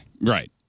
Right